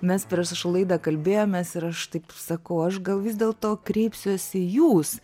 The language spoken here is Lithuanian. mes prieš laidą kalbėjomės ir aš taip sakau aš gal vis dėl to kreipsiuosi jūs